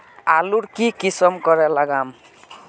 आलूर की किसम करे लागम?